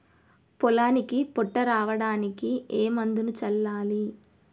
పొలానికి పొట్ట రావడానికి ఏ మందును చల్లాలి?